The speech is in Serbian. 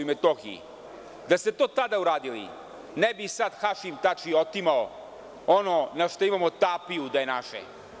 Da ste to tada uradili, ne bi sad Hašim Tači otimao ono na šta imamo tapiju da je naše.